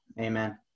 amen